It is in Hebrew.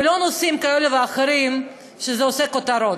ולא נושאים כאלה ואחרים שעושים כותרות.